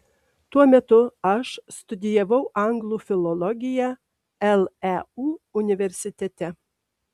tuo metu aš studijavau anglų filologiją leu universitete